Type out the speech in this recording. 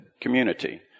community